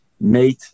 made